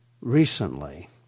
recently